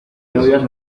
vivas